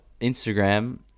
Instagram